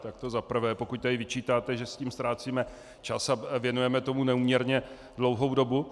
Tak to za prvé, pokud tady vyčítáte, že s tím ztrácíme čas a věnujeme tomu neúměrně dlouhou dobu.